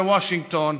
בוושינגטון,